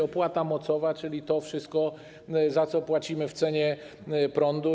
Opłata mocowa, czyli to wszystko, za co płacimy w cenie prądu.